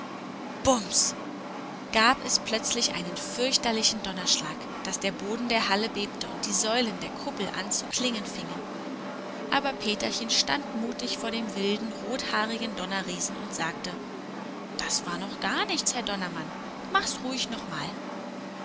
bums gab es plötzlich einen fürchterlichen donnerschlag daß der boden der halle bebte und die säulen der kuppel an zu klingen fingen aber peterchen stand mutig vor dem wilden rothaarigen donnerriesen und sagte das war noch gar nichts herr donnermann mach's ruhig noch mal